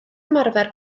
ymarfer